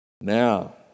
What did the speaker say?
Now